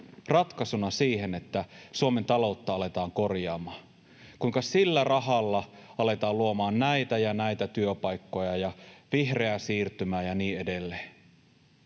ratkaisuna siihen, että Suomen taloutta aletaan korjaamaan, kuinka sillä rahalla aletaan luomaan näitä ja näitä työpaikkoja ja vihreää siirtymää ja niin edelleen.